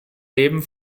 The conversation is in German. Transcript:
leben